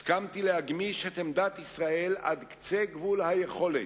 הסכמתי להגמיש את עמדת ישראל עד קצה גבול היכולת,